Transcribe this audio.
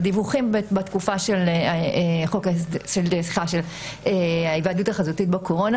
בדיווחים בתקופה של ההיוועדות החזותית בקורונה